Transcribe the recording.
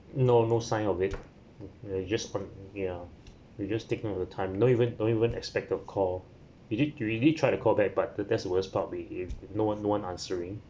no no sign of it uh he just um yeah we just take note of the time don't even don't even expect the call we did we did try to call back by the test wasn't work out with it no one no one answering